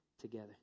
together